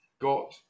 got